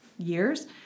Years